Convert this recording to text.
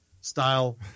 style